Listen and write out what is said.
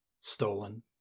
stolen